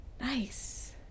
Nice